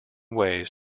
ways